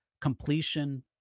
Completion